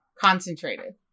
concentrated